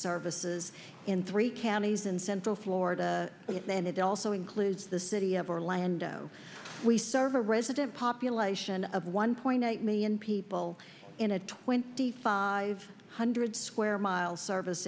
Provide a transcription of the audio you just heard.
services in three counties in central florida and it also includes the city of orlando we serve a resident population of one point eight million people in a twenty five hundred square mile service